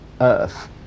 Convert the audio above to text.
earth